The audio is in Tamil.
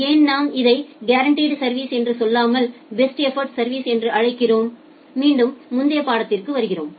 ஏன் நாம் இதை கேரன்டிட் சா்விஸ் என்று சொல்லாமல் பெஸ்ட் எஃபோர்ட் சா்விஸ் என்று அழைக்கிறோம் மீண்டும் முந்தைய படத்திற்கு வருகிறோம்